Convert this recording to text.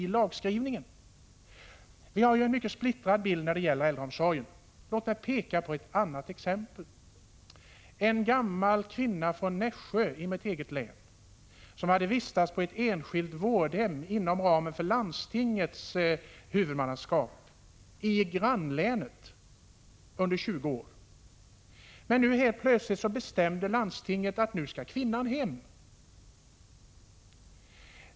Vi har en mycket splittrad bild när det gäller äldreomsorgen. Låt mig peka på ett annat exempel. En gammal kvinna från Nässjö, i mitt eget län, som hade vistats på ett enskilt vårdhem i grannlänet inom ramen för landstingets huvudmannaskap under 20 år, skulle helt plötsligt, enligt landstingets beslut, hem.